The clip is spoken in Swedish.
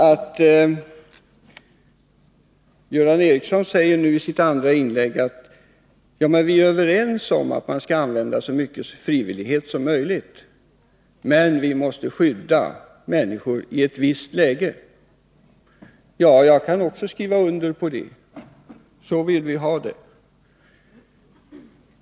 Han sade i sitt andra inlägg att vi är överens om att använda så mycket frivillighet som möjligt, men vi måste skydda människor i ett visst läge. Ja, också jag kan skriva under på det. Så vill vi ha det.